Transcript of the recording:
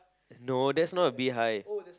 no that's not a bee hive